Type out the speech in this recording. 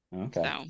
okay